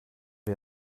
wir